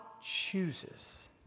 chooses